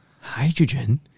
Hydrogen